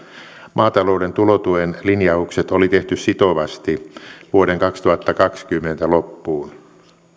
maatalouden tulotuen linjaukset oli tehty sitovasti vuoden kaksituhattakaksikymmentä loppuun